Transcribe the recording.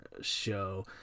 show